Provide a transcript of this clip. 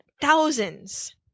thousands